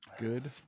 good